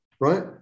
right